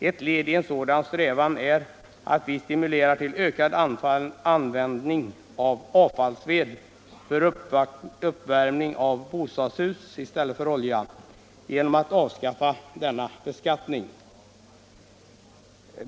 Ett led i en sådan strävan är att vi genom att avskaffa denna beskattning stimulerar till ökad användning av avfallsved i stället för olja för uppvärmning av bostadshus.